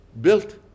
built